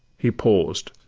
he paused,